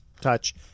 touch